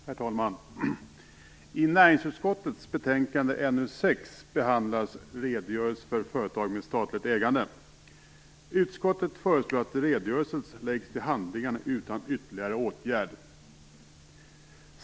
Herr talman! I näringsutskottets betänkande NU6 behandlas skrivelsen Redogörelse för företag med statligt ägande. Utskottet föreslår att redogörelsen läggs till handlingarna utan ytterligare åtgärd.